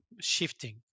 shifting